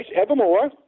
evermore